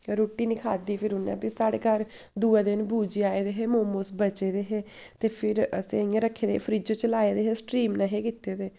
रुट्टी निं खाद्धी फिर उ'न्नै फिर साढ़े घर दुए दिन बूजी आए दे हे मोमोस बचे दे हे ते असें इ'यां रक्खे दे हे फ्रिज च लाए दे हे स्ट्रीम नेईं हे कीते दे